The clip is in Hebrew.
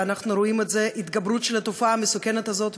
ואנחנו רואים התגברות של התופעה המסוכנת הזאת.